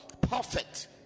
perfect